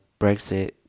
Brexit